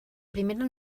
primera